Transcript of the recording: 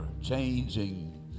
changing